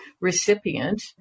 recipient